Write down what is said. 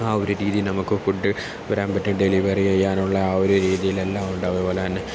ആ ഒരു രീതി നമുക്ക് ഫുഡ് വരാൻ പറ്റും ഡെലിവറി ചെയ്യാനുള്ള ആ ഒരു രീതിയിൽ എല്ലാമുണ്ട് അതുപോലെത്തന്നെ